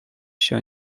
się